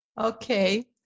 Okay